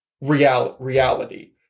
reality